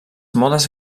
modes